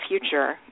future